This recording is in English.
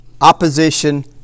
opposition